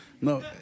No